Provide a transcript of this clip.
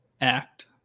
act